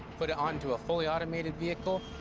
put it onto a fully-automated vehicle.